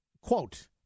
Quote